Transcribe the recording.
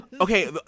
Okay